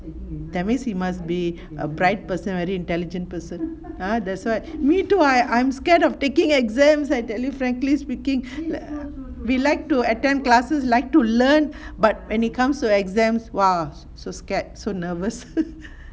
that means he must be a bright person very intelligent person !huh! that's why me too I I'm scared of taking exams I tell you frankly speaking we like to attend classes like to learn but when it comes to exams !wah! so scared so nervous